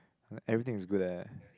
like everything is good eh